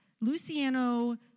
Luciano